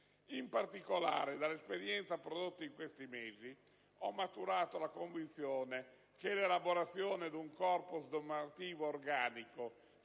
In particolare, dalla esperienza prodotta in questi mesi, ho maturato la convinzione che l'elaborazione di uno corpo normativo organico,